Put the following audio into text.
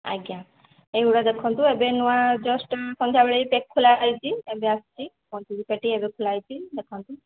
ଆଜ୍ଞା ଏଗୁଡ଼ା ଦେଖନ୍ତୁ ଏବେ ନୂଆ ଜଷ୍ଟ୍ ସନ୍ଧ୍ୟାବେଳେ ପ୍ୟାକ୍ ଖୋଲା ହୋଇଛି ଏବେ ଆସିଛି ପେଟି ଏବେ ଖୋଲାହୋଇଛି ଦେଖନ୍ତୁ